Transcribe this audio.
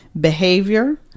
Behavior